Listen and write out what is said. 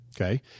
Okay